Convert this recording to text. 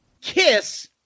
Kiss